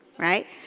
right?